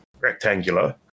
rectangular